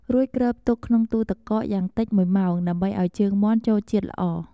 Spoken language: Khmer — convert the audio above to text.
រួចគ្របទុកក្នុងទូទឹកកកយ៉ាងតិច ១ ម៉ោង ដើម្បីឱ្យជើងមាន់ចូលជាតិល្អ។